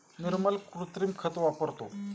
निर्मल कृत्रिम खत वापरतो